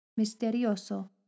misterioso